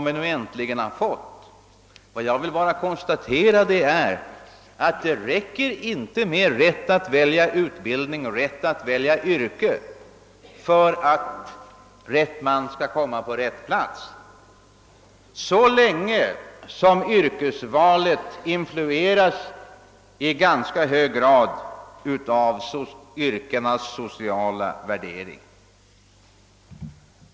Vad jag vill konstatera är att det inte räcker med rätten att välja utbildning och yrke för att rätt man skall komma på rätt plats så länge yrkesvalet i hög grad influeras av olika sociala värderingar av olika yrken.